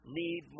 need